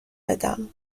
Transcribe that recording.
بدم